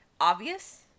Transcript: obvious